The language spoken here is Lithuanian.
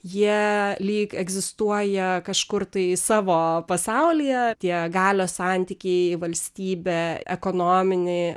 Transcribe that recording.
jie lyg egzistuoja kažkur tai savo pasaulyje tie galios santykiai valstybę ekonominį